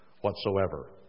whatsoever